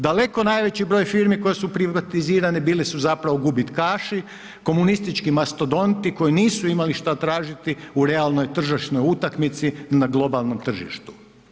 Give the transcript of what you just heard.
Daleko najveći broj firmi koje su privatizirane bile su zapravo gubitaši, komunistički mastodonti koji nisu imali šta tražiti u realnoj tržišnoj utakmici na globalnom tržištu.